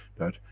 that,